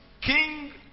King